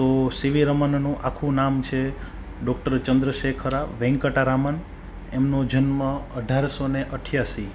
તો સીવી રમનનું આખું નામ છે ડૉક્ટર ચંદ્ર શેખરા વેંકટા રામન એમનો જન્મ અઢારસોને અઠ્યાસી